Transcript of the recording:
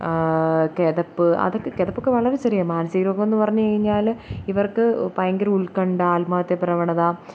കിതപ്പ് അതൊക്കെ കിതപ്പൊക്കെ വളരെ ചെറിയ മാനസിക രോഗമെന്നു പറഞ്ഞുകഴിഞ്ഞാൽ ഇവർക്ക് ഭയങ്കര ഉത്കണ്ഠ ആത്മഹത്യ പ്രവണത